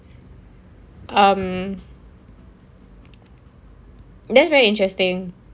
um that's very interesting